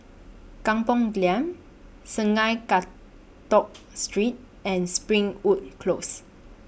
Kampung Glam Sungei Kadut Street and Springwood Close